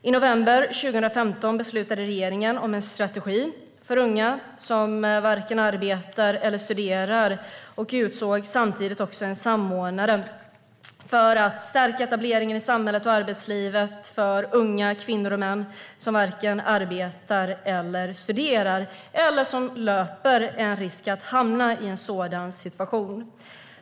I november 2015 beslutade regeringen om en strategi för unga som varken arbetar eller studerar och utsåg samtidigt också en samordnare för att stärka etableringen i samhället och arbetslivet för unga kvinnor och män som varken arbetar eller studerar eller som löper risk att hamna i en sådan situation.